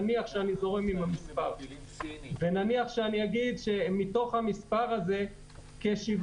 נניח שאני זורם עם המספר ואני אגיד שמתוך המספר הזה כ-7